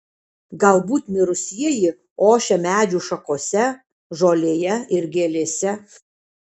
galbūt mirusieji ošia medžių šakose žolėje ir gėlėse